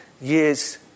years